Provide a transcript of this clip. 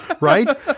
right